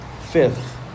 Fifth